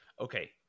Okay